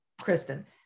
Kristen